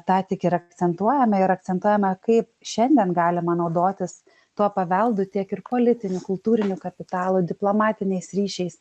tą tik ir akcentuojame ir akcentuojame kaip šiandien galima naudotis tuo paveldu tiek ir politiniu kultūriniu kapitalu diplomatiniais ryšiais